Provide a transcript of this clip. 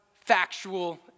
factual